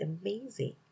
amazing